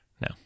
No